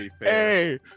hey